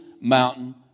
mountain